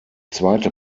zweite